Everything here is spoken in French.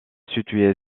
situé